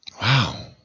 wow